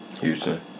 Houston